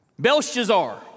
Belshazzar